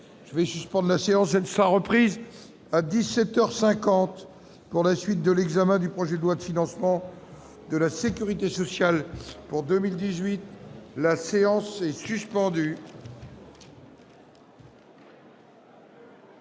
je vais suspende la séance ne soit reprise à 17 heures 50 pour la la suite de l'examen du projet de loi de financement de la Sécurité sociale pour 2018, la séance est suspendue.